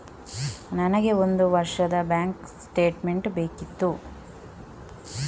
ನನಗೆ ಒಂದು ವರ್ಷದ ಬ್ಯಾಂಕ್ ಸ್ಟೇಟ್ಮೆಂಟ್ ಬೇಕಿತ್ತು